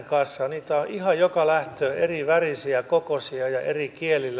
niitä on ihan joka lähtöön erivärisiä kokoisia ja eri kielillä